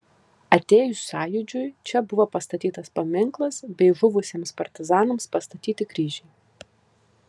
atėjus sąjūdžiui čia buvo pastatytas paminklas bei žuvusiems partizanams pastatyti kryžiai